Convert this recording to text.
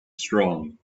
strong